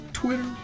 Twitter